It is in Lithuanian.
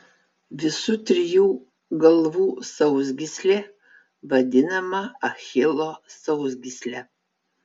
visų trijų galvų sausgyslė vadinama achilo sausgysle